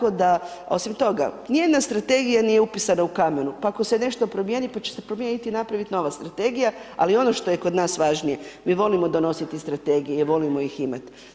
Osim toga, ni jedna strategija nije upisana u kamenu, pa ako se nešto promjeni, pa će se promijeniti i napraviti nova strategija ali ono što je kod nas važnije, mi volimo donositi strategije, volimo ih imati.